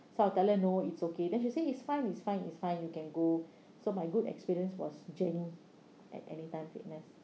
so I'll tell her no it's okay then she say it's fine it's fine it's fine you can go so my good experience was jenny at anytime fitness